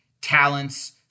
talents